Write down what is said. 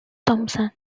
thompson